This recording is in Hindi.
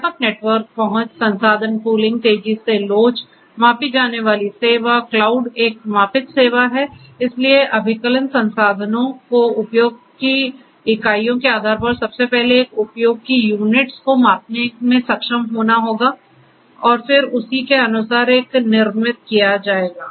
व्यापक नेटवर्क पहुंच संसाधन पूलिंग तेजी से लोच मापी जाने वाली सेवा क्लाउड एक मापित सेवा है इसलिए अभिकलन संसाधनों के उपयोग की इकाइयों के आधार पर सबसे पहले एक उपयोग की यूनिट्स को मापने में सक्षम होगा और फिर उसी के अनुसार एक निर्मित किया जाएगा